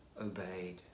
obeyed